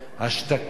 השתקה,